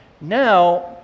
now